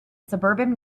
suburban